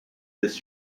this